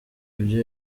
ibyo